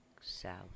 South